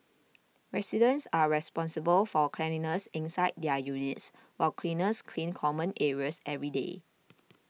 residents are responsible for cleanliness inside their units while cleaners clean common areas every day